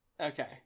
Okay